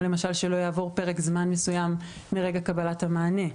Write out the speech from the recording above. למשל שלא יעבור פרק זמן מסוים מרגע קבלת המענה.